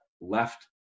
left